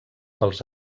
pels